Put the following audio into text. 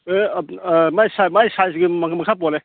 ꯃꯥꯒꯤ ꯁꯥꯏꯖꯀꯤ ꯃꯈꯥ ꯄꯣꯜꯂꯦ